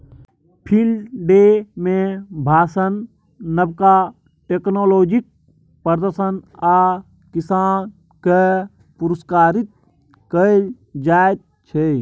field day मे भाषण, नबका टेक्नोलॉजीक प्रदर्शन आ किसान केँ पुरस्कृत कएल जाइत छै